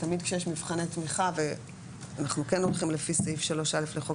תמיד כשיש מבחני תמיכה אנחנו כן הולכים לפי סעיף 3(א) לחוק